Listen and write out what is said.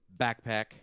backpack